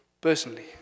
personally